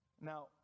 Now